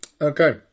Okay